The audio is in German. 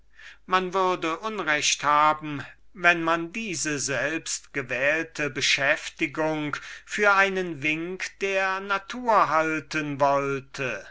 man würde unrecht haben wenn man diese selbstgewählte beschäftigung für einen wink der natur halten wollte